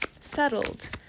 settled